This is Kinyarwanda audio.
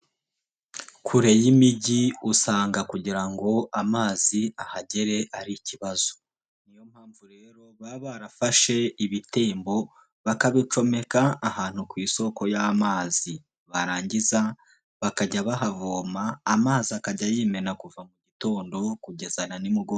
Kure y'imijyi usanga kugira ngo amazi ahagere ari ikibazo, ni yo mpamvu rero baba barafashe ibitembo bakabicomeka ahantu ku isoko y'amazi, barangiza bakajya bahavoma, amazi akajya yimena kuva mu gitondo kugeza na nimugoroba.